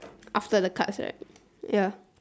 after the cards right ya